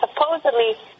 supposedly